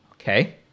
Okay